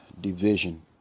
division